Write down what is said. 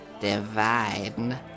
divine